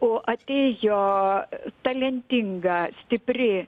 o atėjo talentinga stipri